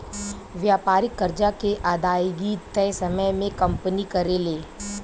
व्यापारिक कर्जा के अदायगी तय समय में कंपनी करेले